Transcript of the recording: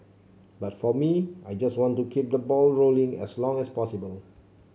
but for me I just want to keep that ball rolling as long as possible